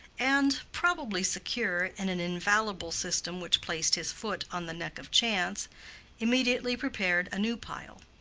and probably secure in an infallible system which placed his foot on the neck of chance immediately prepared a new pile.